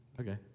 okay